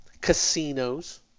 Casinos